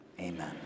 Amen